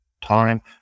time